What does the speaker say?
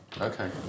Okay